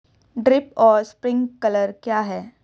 Drip और sprinkler क्या हैं?